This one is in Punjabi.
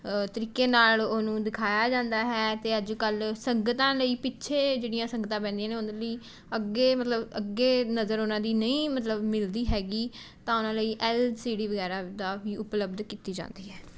ਤਰੀਕੇ ਨਾਲ ਉਹਨੂੰ ਦਿਖਾਇਆ ਜਾਂਦਾ ਹੈ ਅਤੇ ਅੱਜ ਕੱਲ੍ਹ ਸੰਗਤਾਂ ਲਈ ਪਿੱਛੇ ਜਿਹੜੀਆਂ ਸੰਗਤਾਂ ਬਹਿੰਦੀਆਂ ਨੇ ਉਹਨਾਂ ਲਈ ਅੱਗੇ ਮਤਲਬ ਅੱਗੇ ਨਜ਼ਰ ਉਹਨਾਂ ਦੀ ਨਹੀ ਮਤਲਬ ਮਿਲਦੀ ਹੈਗੀ ਤਾਂ ਉਹਨਾਂ ਲਈ ਐੱਲ ਸੀ ਡੀ ਵਗੈਰਾ ਦਾ ਵੀ ਉਪਲਬਧ ਕੀਤੀ ਜਾਂਦੀ ਹੈ